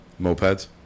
Mopeds